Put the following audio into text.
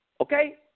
okay